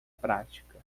prática